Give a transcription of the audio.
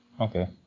Okay